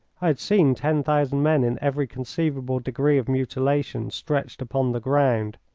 i had seen ten thousand men in every conceivable degree of mutilation stretched upon the ground,